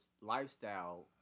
lifestyle